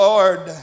Lord